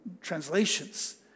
translations